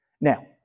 Now